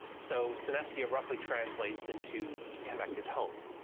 so synestia roughly translates into connected home.